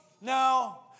no